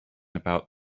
about